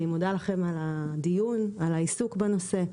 אני מודה לכם על הדיון ועל העיסוק בנושא.